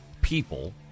people